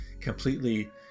completely